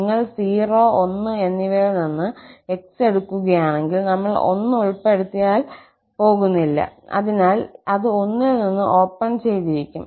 നിങ്ങൾ 0 1 എന്നിവയിൽ നിന്ന് x എടുക്കുകയാണെങ്കിൽ നമ്മൾ 1 ഉൾപ്പെടുത്താൻ പോകുന്നില്ല അതിനാൽ അത് 1 ൽ നിന്ന് ഓപ്പൺ ചെയ്തിരിക്കും